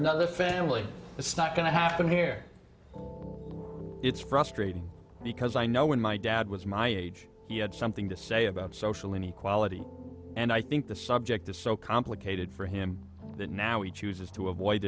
another family it's not going to happen here it's frustrating because i know when my dad was my age he had something to say about social inequality and i think the subject is so complicated for him that now he chooses to avoid